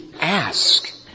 ask